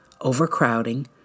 overcrowding